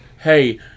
hey